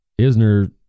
Isner